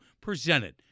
presented